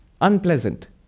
unpleasant